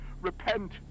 Repent